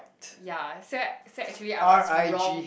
ya said said actually I was wrong